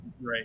Right